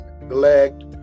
neglect